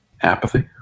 Apathy